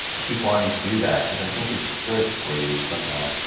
keep wanting to do that, because i think it's good for you, somehow.